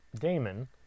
Damon